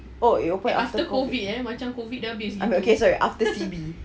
oh it open after COVID ah okay sorry sorry after C_B